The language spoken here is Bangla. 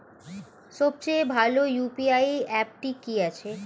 সবচেয়ে ভালো ইউ.পি.আই অ্যাপটি কি আছে?